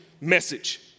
message